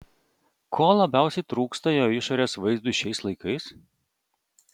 ko labiausiai trūksta jo išorės vaizdui šiais laikais